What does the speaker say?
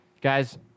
Guys